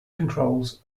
controls